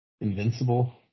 Invincible